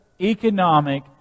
economic